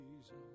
Jesus